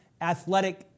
athletic